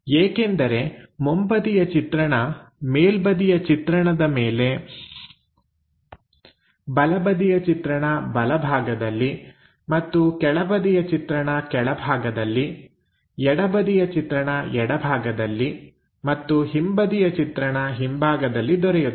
ಏಕೆಂದರೆ ಮುಂಬದಿಯ ಚಿತ್ರಣ ಮೇಲ್ಬದಿಯ ಚಿತ್ರಣ ಮೇಲೆ ಬಲಬದಿಯ ಚಿತ್ರಣ ಬಲ ಭಾಗದಲ್ಲಿ ಮತ್ತು ಕೆಳ ಬದಿಯ ಚಿತ್ರಣ ಕೆಳಭಾಗದಲ್ಲಿ ಎಡಬದಿಯ ಚಿತ್ರಣ ಎಡಭಾಗದಲ್ಲಿ ಮತ್ತು ಹಿಂಬದಿಯ ಚಿತ್ರಣ ಹಿಂಭಾಗದಲ್ಲಿ ದೊರೆಯುತ್ತದೆ